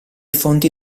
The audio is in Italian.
fonti